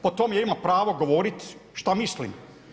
Po tome ja imam pravo govoriti što mislim.